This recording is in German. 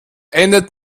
endet